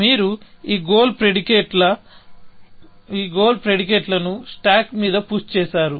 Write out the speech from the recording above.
మీరు ఈ goal predicate ల ను స్టాక్ మీద పుష్ చేసారు